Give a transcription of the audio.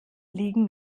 liegen